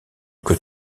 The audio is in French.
que